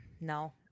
no